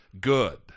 good